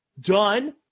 Done